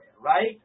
Right